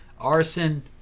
Arson